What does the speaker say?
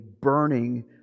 burning